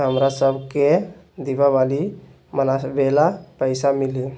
हमरा शव के दिवाली मनावेला पैसा मिली?